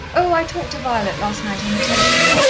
oh, i talked to violet last night on the telephone,